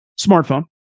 smartphone